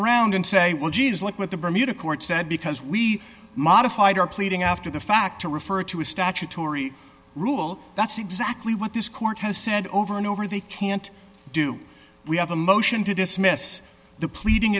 around and say well gee it's like what the bermuda court said because we modified our pleading after the fact to refer to a statutory rule that's exactly what this court has said over and over they can't do we have a motion to dismiss the pleading